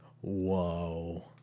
Whoa